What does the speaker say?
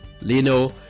lino